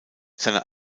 seine